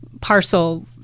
parcel